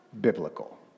biblical